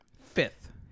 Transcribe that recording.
Fifth